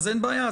אז אין בעיה,